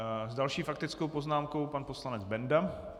S další faktickou poznámkou pan poslanec Benda.